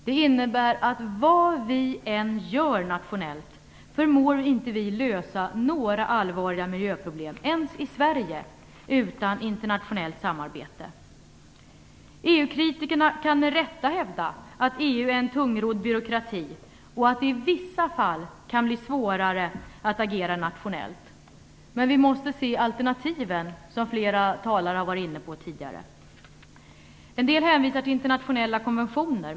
Det innebär att vad vi än gör nationellt förmår inte vi lösa några allvarliga miljöproblem ens i Sverige utan internationellt samarbete. EU-kritikerna kan med rätta hävda att EU är en tungrodd byråkrati och att det i vissa fall kan bli svårare att agera nationellt. Men vi måste se alternativen, som flera talare har varit inne på tidigare. En del hänvisar till internationella konventioner.